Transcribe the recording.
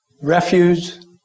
refuse